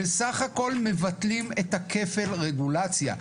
בסך הכול מבטלים את כפל הרגולציה.